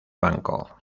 banco